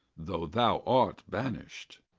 though thou art banished.